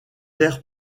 l’air